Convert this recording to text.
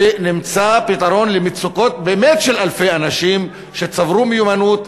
ונמצא פתרון למצוקות באמת של אלפי אנשים שצברו מיומנות,